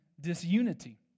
disunity